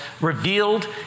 revealed